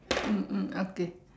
mm mm okay